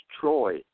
Troy